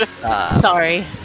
Sorry